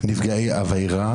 נפגעי עבירה